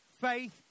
faith